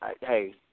hey